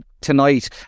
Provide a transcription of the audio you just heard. tonight